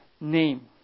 name